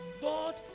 God